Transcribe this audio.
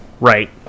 right